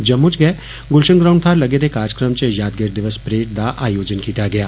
जम्मू च गै गुलशन ग्राऊंड थाहर लगे दे कार्जक्रम च यादगीर दिवस परेड दा आयोजन कीता गेआ